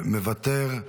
מוותר.